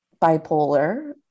bipolar